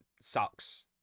sucks